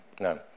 no